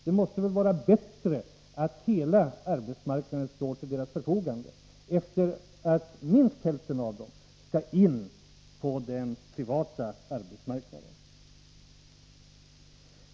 Det måste väl vara bättre att hela arbetsmarknaden står till deras förfogande, eftersom minst hälften av dem skall in på den privata arbetsmarknaden.